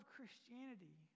Christianity